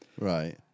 right